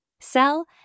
sell